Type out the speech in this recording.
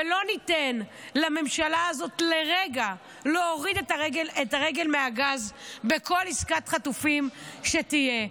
ולרגע לא ניתן לממשלה הזאת להוריד את הרגל מהגז בכל עסקת חטופים שתהיה.